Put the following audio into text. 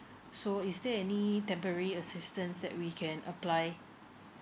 so is there any temporary assistance that we can apply